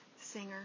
singer